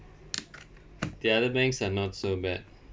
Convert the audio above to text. the other banks are not so bad